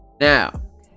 now